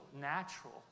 natural